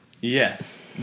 Yes